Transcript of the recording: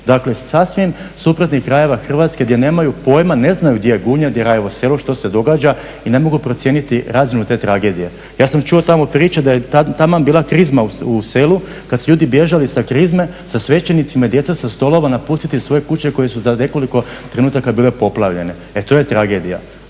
Dakle sasvim iz suprotnih krajeva Hrvatske gdje nemaju pojma, ne znaju gdje je Gunja, gdje je Rajevo Selo što se događa i ne mogu procijeniti razinu te tragedije. Ja sam čuo tamo priču da je taman bila krizma u selu kada su ljudi bježali sa krizme, sa svećenicima i djeca sa stolova napustiti svoje kuće koje su za nekoliko trenutaka bile poplavljene, e to je tragedija.